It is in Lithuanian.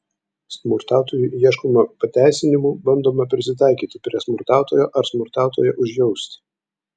smurtautojui ieškoma pateisinimų bandoma prisitaikyti prie smurtautojo ar smurtautoją užjausti